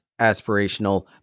aspirational